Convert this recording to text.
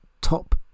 top